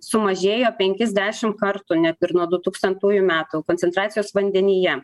sumažėjo penkis dešim kartų net ir nuo dutūkstantųjų metų koncentracijos vandenyje